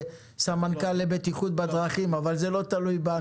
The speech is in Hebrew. לסמנכ"ל לבטיחות בדרכים אבל זה לא תלוי בנו.